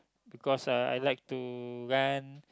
because ah I like to run